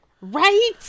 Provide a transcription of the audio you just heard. Right